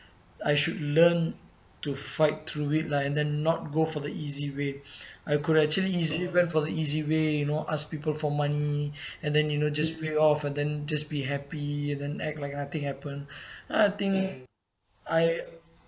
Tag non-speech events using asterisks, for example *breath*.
I should learn to fight through it lah and then not go for the easy way *breath* I could actually easily went for the easy way you know ask people for money *breath* and then you know just pay off and then just be happy then act like nothing happen *breath* I think I